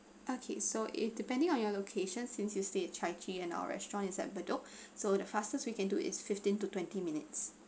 okay so it depending on your location since you stay at chai kee and our restaurant is at bedok so the fastest we can do is fifteen to twenty minutes